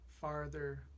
farther